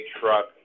truck